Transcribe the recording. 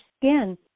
skin